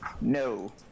No